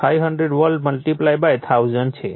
તેથી 2500 volt multiply by 1000 છે